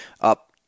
up